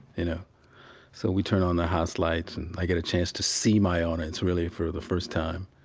you know so we turn on the house lights, and i get a chance to see my audience really for the first time.